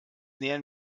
nähern